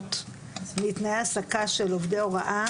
להנות מתנאי העסקה של עובדי הוראה,